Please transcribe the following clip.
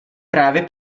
právě